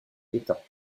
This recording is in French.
états